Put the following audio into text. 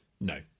No